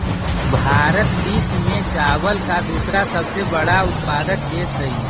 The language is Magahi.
भारत विश्व में चावल का दूसरा सबसे बड़ा उत्पादक देश हई